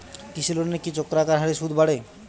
কৃষি লোনের কি চক্রাকার হারে সুদ বাড়ে?